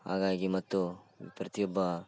ಹಾಗಾಗಿ ಮತ್ತು ಪ್ರತಿಯೊಬ್ಬ